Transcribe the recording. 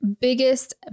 biggest